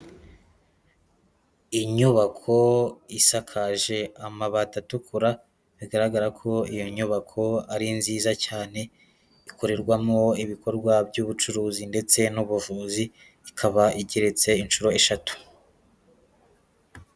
Inyubako isakaje amabati atukura, bigaragara ko iyo nyubako ari nziza cyane, ikorerwamo ibikorwa by'ubucuruzi ndetse n'ubuvuzi, ikaba igeretse inshuro eshatu.